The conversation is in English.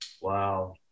Wow